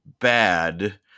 bad